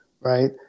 Right